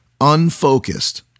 Unfocused